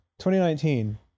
2019